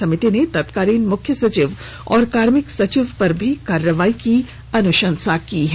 समिति ने तत्कालीन मुख्य सचिव और कार्मिक सचिव पर भी कार्रवाई की अनुशंसा की है